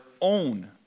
own